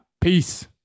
peace